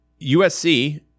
USC